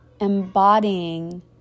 embodying